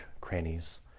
crannies